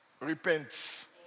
Repent